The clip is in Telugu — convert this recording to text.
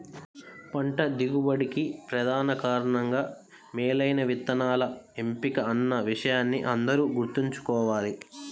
పంట దిగుబడికి ప్రధాన కారణంగా మేలైన విత్తనాల ఎంపిక అన్న విషయాన్ని అందరూ గుర్తుంచుకోవాలి